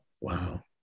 Wow